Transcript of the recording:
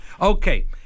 Okay